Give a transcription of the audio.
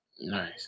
Nice